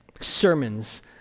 sermons